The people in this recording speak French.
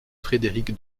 frédérick